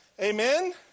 Amen